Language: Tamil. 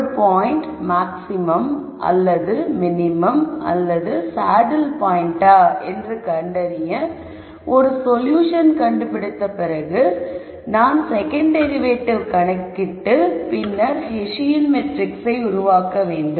ஒரு பாயின்ட் மாக்ஸிமம் அல்லது மினிமம் அல்லது சேனம் பாயின்ட்டா என்று கண்டறிய ஒரு சொல்யூஷன் கண்டுபிடித்த பிறகு நான் செகண்ட் டெரிவேட்டிவ் கணக்கிட்டு பின்னர் ஹெசியன் மேட்ரிக்ஸை உருவாக்க வேண்டும்